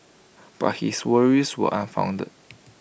but his worries were unfounded